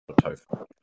tofu